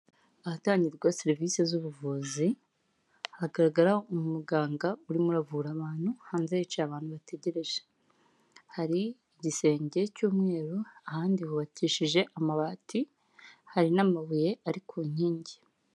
Ahatangirwa serivisi z'ubuvuzi, hagaragara umuganga urimo uravura abantu hanze hicaye abantu bategereje. Hari igisenge cy'umweru ahandi hubakishije amabati hari n'amabuye ari ku nkingi.